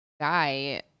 guy